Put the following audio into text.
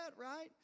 right